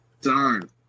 Darn